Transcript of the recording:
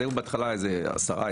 בהתחלה היו עשרה,